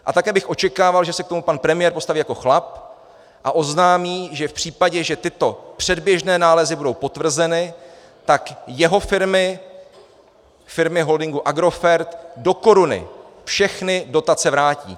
A také bych očekával, že se k tomu pan premiér postaví jako chlap a oznámí, že v případě, že tyto předběžné nálezy budou potvrzeny, tak jeho firmy, firmy holdingu Agrofert, do koruny všechny dotace vrátí.